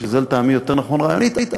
שזה לטעמי יותר נכון רעיונית.